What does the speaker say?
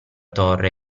torre